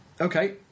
okay